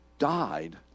died